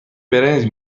برنج